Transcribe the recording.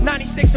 96